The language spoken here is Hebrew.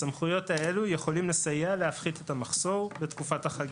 הסמכויות האלו יכולות לסייע להפחית את המחסור בתקופת החגים,